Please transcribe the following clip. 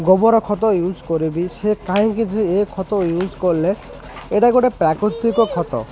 ଗୋବର ଖତ ୟୁଜ୍ କରିବି ସେ କାହିଁକି ଯେ ଏ ଖତ ୟୁଜ୍ କଲେ ଏଇଟା ଗୋଟେ ପ୍ରାକୃତିକ ଖତ